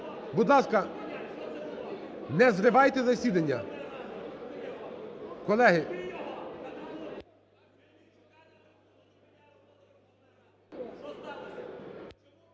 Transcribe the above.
Будь ласка, не зривайте засідання! Колеги…